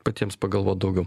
patiems pagalvot daugiau